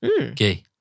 Okay